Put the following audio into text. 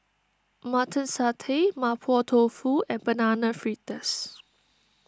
Mutton Satay Mapo Tofu and Banana Fritters